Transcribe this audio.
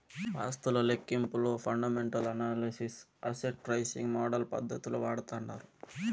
ఆస్తుల లెక్కింపులో fundamental analysis, asset pricing model పద్దతులు వాడతాండారు